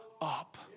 up